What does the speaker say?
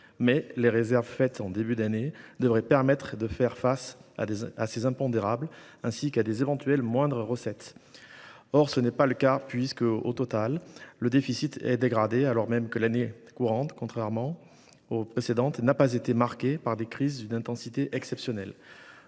les réserves prévues en début d’année devraient permettre de faire face à ces impondérables, ainsi qu’à des recettes éventuellement moindres qu’escomptées. Or ce n’est pas le cas, puisque le déficit est dégradé alors même que l’année courante, contrairement aux précédentes, n’a pas été marquée par des crises d’une intensité exceptionnelle.